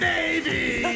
Navy